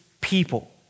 people